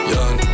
Young